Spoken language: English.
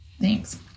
Thanks